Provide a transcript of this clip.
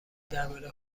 درباره